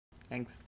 Thanks